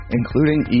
including